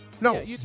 No